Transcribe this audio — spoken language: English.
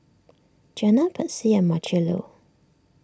Janna Patsy and Marchello